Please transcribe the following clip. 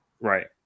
Right